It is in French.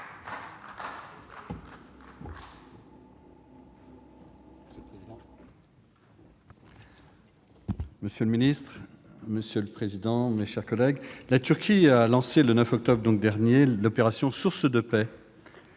Monsieur le président, monsieur le secrétaire d'État, mes chers collègues, la Turquie a lancé, le 9 octobre dernier, l'opération « Source de paix